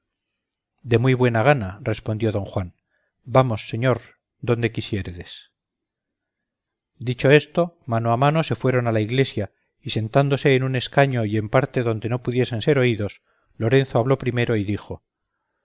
de muy buena gana r espondió don juan vamos señor donde quisiéredes dicho esto mano a mano se fueron a la iglesia y sentándose en un escaño y en parte donde no pudiesen ser oídos lorenzo habló primero y dijo